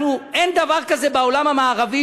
אין דבר כזה בעולם המערבי,